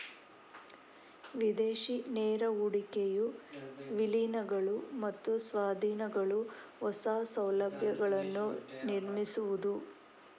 ವಿದೇಶಿ ನೇರ ಹೂಡಿಕೆಯು ವಿಲೀನಗಳು ಮತ್ತು ಸ್ವಾಧೀನಗಳು, ಹೊಸ ಸೌಲಭ್ಯಗಳನ್ನು ನಿರ್ಮಿಸುವುದು